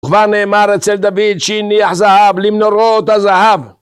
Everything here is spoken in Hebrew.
וכבר נאמר אצל דוד שהניח זהב למנורות הזהב